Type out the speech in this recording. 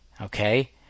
okay